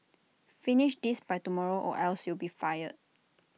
finish this by tomorrow or else you'll be fired